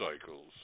cycles